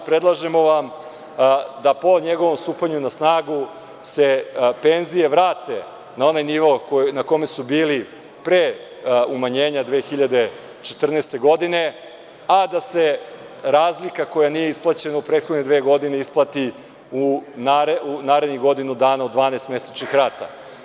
Predlažemo vam da po njegovom stupanju na snagu se penzije vrate na onaj nivo na kome su bile pre umanjenja 2014. godine, a da se razlika koja nije isplaćena u prethodne dve godine isplati u narednih godinu dana u 12 mesečnih rata.